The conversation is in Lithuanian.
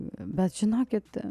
bet žinokit